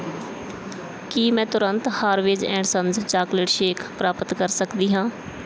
ਕੀ ਮੈਂ ਤੁਰੰਤ Harveys and Sons chocolate shake ਪ੍ਰਾਪਤ ਕਰ ਸਕਦੀ ਹਾਂ